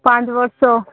ପାଞ୍ଚବର୍ଷ